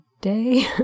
day